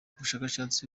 ubushakashatsi